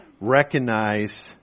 Recognize